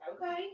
Okay